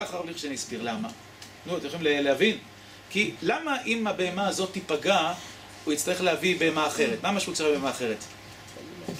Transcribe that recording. איך הולך שנסביר למה? נו, אתם יכולים להבין? כי למה אם הבאמה הזאת תיפגע, הוא יצטרך להביא באמה אחרת? מה המשפט של הבאמה האחרת?